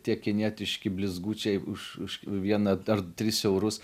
tie kinietiški blizgučiai už už vieną ar tris eurus